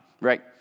right